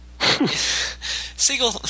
Siegel